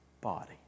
body